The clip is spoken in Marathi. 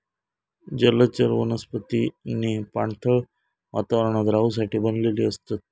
जलचर वनस्पतींनी पाणथळ वातावरणात रहूसाठी बनलेली असतत